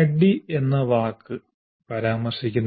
ADDIE എന്ന വാക്ക് പരാമർശിക്കുന്നില്ല